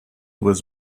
was